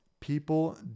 people